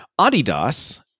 Adidas